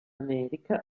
america